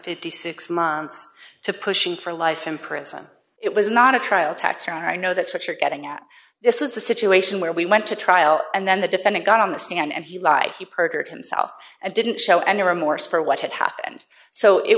fifty six months to pushing for life in prison it was not a trial tax or i know that's what you're getting at this is a situation where we went to trial and then the defendant got on the stand and he lied he perjured himself and didn't show any remorse for what had happened so it